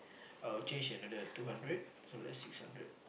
I'll change another two hundred so that's six hundred